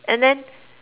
and then